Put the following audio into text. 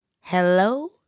Hello